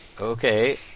okay